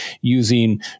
using